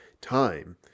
time